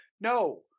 no